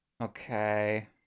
Okay